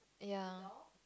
ya